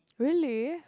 really